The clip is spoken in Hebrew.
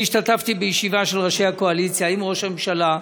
אני השתתפתי בישיבה של ראשי הקואליציה עם ראש הממשלה,